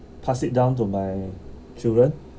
pass it down to my children